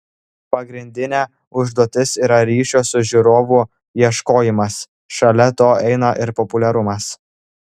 pagrindinė užduotis yra ryšio su žiūrovu ieškojimas šalia to eina ir populiarumas